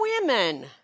women